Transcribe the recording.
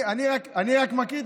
אני רק מקריא,